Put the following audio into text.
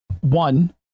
one